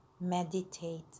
meditate